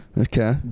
Okay